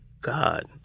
God